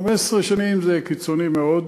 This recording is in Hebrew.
15 שנים זה קיצוני מאוד.